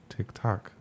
TikTok